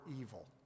evil